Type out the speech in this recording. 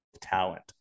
talent